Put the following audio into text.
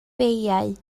beiau